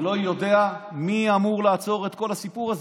אני לא יודע מי אמור לעצור את כל הסיפור הזה.